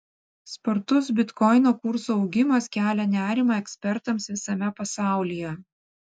spartus bitkoino kurso augimas kelia nerimą ekspertams visame pasaulyje